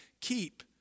keep